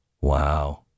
Wow